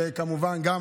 וכמובן גם